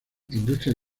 industria